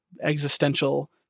existential